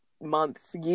months